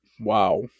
Wow